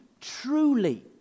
truly